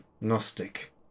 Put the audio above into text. Gnostic